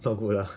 not good lah